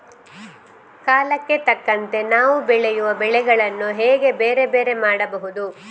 ಕಾಲಕ್ಕೆ ತಕ್ಕಂತೆ ನಾವು ಬೆಳೆಯುವ ಬೆಳೆಗಳನ್ನು ಹೇಗೆ ಬೇರೆ ಬೇರೆ ಮಾಡಬಹುದು?